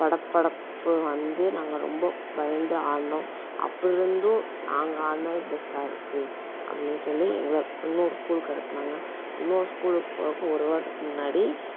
படபடப்பு வந்து நாங்கள் ரொம்ப பயந்து ஆடினோம் அப்படி இருந்தும் நாங்கள் ஆடினது பெஸ்ட்டாக இருக்குது அப்படின் சொல்லி எங்களை இன்னொரு ஸ்கூலுக்கு அனுப்பினாங்க இன்னொரு ஸ்கூலுக்கு போகிறக்கு ஒரு வாரத்துக்கு முன்னாடி